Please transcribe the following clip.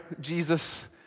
Jesus